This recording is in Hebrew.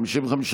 לא נתקבלה.